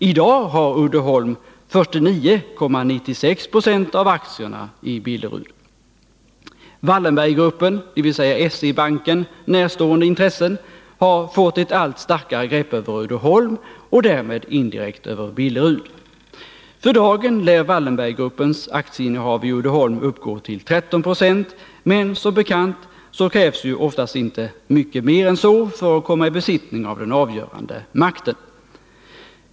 I dag har Uddeholm 49,96 96 av aktierna i Billerud. Wallenberggruppen, dvs. SE-banken närstående intressen, har fått ett allt starkare grepp över Uddeholm och därmed indirekt över Billerud. För dagen lär Wallenberggruppens aktieinnehav i Uddeholm uppgå till 13 26, men som bekant krävs oftast inte mycket mer än så för att komma i besittning av den avgörande makten.